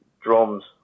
drums